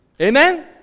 Amen